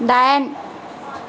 दाइन